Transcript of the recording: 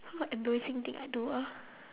what embarrassing thing I do ah